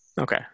Okay